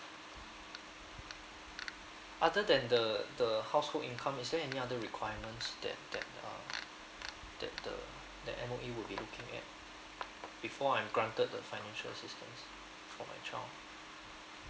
other than the the household income is there any other requirements that that uh that the that M_O_E will be looking at before I am granted the financial assistance for my child